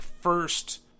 first